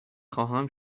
خواهم